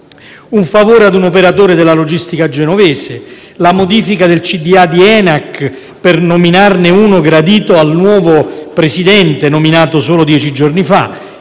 Un favore ad un operatore della logistica genovese, la modifica del CDA di ENAC per nominarne uno gradito al nuovo Presidente nominato solo dieci giorni fa,